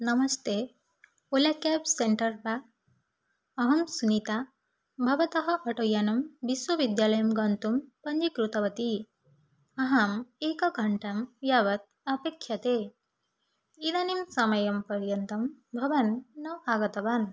नमस्ते Ola cab centre वा अहं स्निता भवतः अटोयानं विश्वविद्यालयं गन्तुं पञ्जीकृतवती अहम् एकघण्टां यावत् अपेक्ष्यते इदानीं समयं पर्यन्तं भवान् न आगतवान्